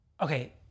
Okay